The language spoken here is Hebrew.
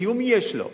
קיום יש לו.